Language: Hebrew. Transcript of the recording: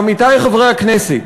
עמיתי חברי הכנסת,